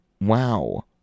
wow